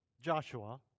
Joshua